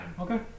Okay